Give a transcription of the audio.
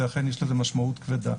אכן יש לזה משמעות כבדה.